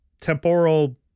temporal